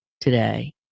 today